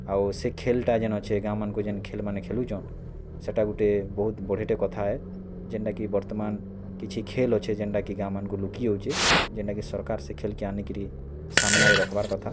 ଆଉ ସେ ଖେଲ୍ଟା ଯେନ୍ ଅଛେ ଗାଁମାନ୍କୁ ଯେନ୍ ଖେଲ୍ମାନେ ଖେଲୁଛନ୍ ସେଟା ଗୁଟେ ବହୁତ୍ ବଢ଼ଟେ କଥା ଏ ଯେନ୍ଟାକି ବର୍ତ୍ତମାନ କିଛି ଖେଲ୍ ଅଛେ ଯେନ୍ଟାକି ଗାଁମାନ୍କୁ ଲୁକି ଯାଉଛେ ଯେନ୍ଟାକି ସରକାର୍ ସେ ଖେଲ୍ କି ଆନିକିରି ସାମ୍ନାରେ ରଖ୍ବାର୍ କଥା